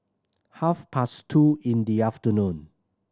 half past two in the afternoon